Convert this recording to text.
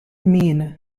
mean